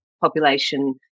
population